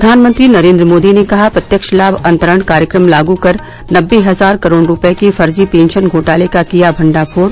प्रधानमंत्री नरेन्द्र मोदी ने कहा प्रत्यक्ष लाभ अंतरण कार्यक्रम लागू कर नबे हजार करोड़ रुपये के फर्जी पेंशन घोटाले का किया भंडाफोड